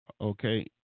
okay